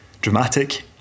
dramatic